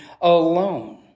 alone